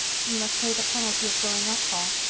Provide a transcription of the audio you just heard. you must pay the penalty of growing-up, paul.